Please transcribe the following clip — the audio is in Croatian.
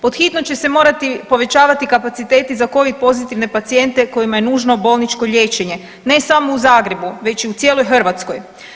Pod hitno će se morati povećavati kapaciteti za Covid pozitivne pacijente, kojima je nužno bolničko liječenje, ne samo u Zagrebu, već i u cijeloj Hrvatskoj.